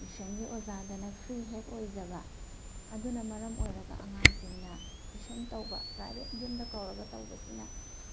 ꯇ꯭ꯋꯤꯁꯟꯒꯤ ꯑꯣꯖꯥꯗꯅ ꯐ꯭ꯔꯤ ꯍꯦꯛ ꯑꯣꯏꯖꯕ ꯑꯗꯨꯅ ꯃꯔꯝ ꯑꯣꯏꯔꯒ ꯑꯉꯥꯡꯁꯤꯡꯅ ꯇ꯭ꯋꯤꯁꯟ ꯇꯧꯕ ꯄ꯭ꯔꯥꯏꯚꯦꯠ ꯌꯨꯝꯗ ꯀꯧꯔꯒ ꯇꯧꯕꯁꯤꯅ